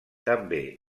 també